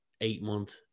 eight-month